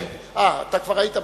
אתה כבר היית בכנסת.